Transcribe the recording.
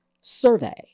survey